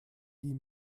die